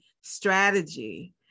strategy